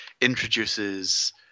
introduces